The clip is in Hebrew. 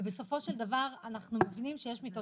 בסופו של דבר אנחנו מבינים שיש מיטות